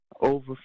over